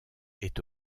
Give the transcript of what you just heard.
est